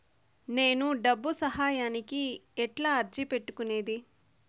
నేను డబ్బు సహాయానికి ఎట్లా అర్జీ పెట్టుకునేది?